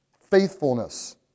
faithfulness